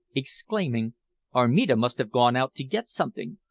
exclaiming armida must have gone out to get something.